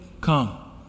come